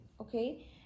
okay